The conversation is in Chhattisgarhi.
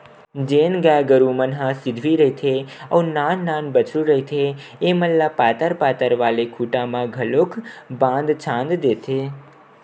जेन गाय गरु मन ह सिधवी रहिथे अउ नान नान बछरु रहिथे ऐमन ल पातर पातर वाले खूटा मन म घलोक बांध छांद देथे